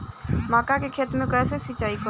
मका के खेत मे कैसे सिचाई करी?